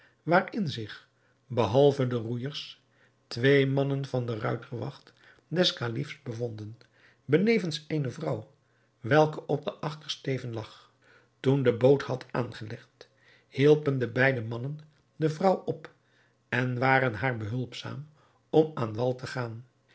waarin zich behalve de roeijers twee mannen van de ruiterwacht des kalifs bevonden benevens eene vrouw welke op den achtersteven lag toen de boot had aangelegd hielpen de beide mannen de vrouw op en waren haar behulpzaam om aan wal te gaan